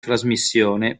trasmissione